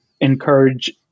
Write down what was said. encourage